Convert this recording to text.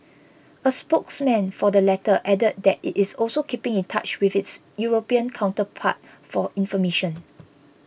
a spokesman for the latter added that it is also keeping in touch with its European counterpart for information